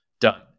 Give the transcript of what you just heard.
done